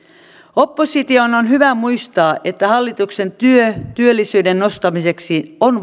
opposition on hyvä muistaa että hallituksen työ työllisyyden nostamiseksi on